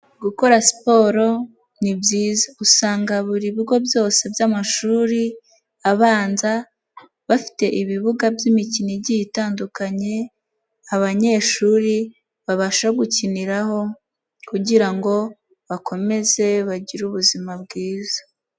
gukora siporo ni byiza, usanga buri bigo byose by'amashuri abanza, bafite ibibuga by'imikino igiye itandukanye, abanyeshuri babasha gukiniraho kugira ngo bakomeze bagire ubuzima bwiza.